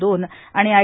दोन आणि आय